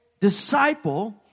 disciple